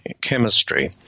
chemistry